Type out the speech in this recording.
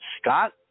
Scott